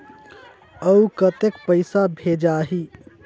अउ कतेक पइसा भेजाही?